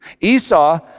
Esau